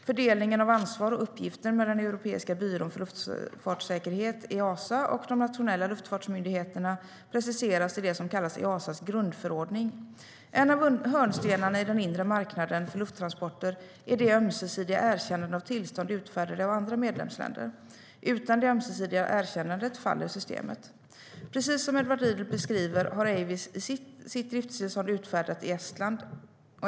Fördelningen av ansvar och uppgifter mellan Europeiska byrån för luftfartssäkerhet, Easa, och de nationella luftfartsmyndigheterna preciseras i det som kallas Easas grundförordning. En av hörnstenarna i den inre marknaden för lufttransporter är det ömsesidiga erkännandet av tillstånd utfärdade av andra medlemsländer. Utan det ömsesidiga erkännandet faller systemet. Precis som Edward Riedl beskriver har Avies sitt driftstillstånd utfärdat i Estland.